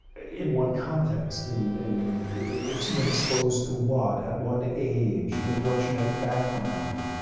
in what context? in in what exposed to what? at what age? with what genetic background?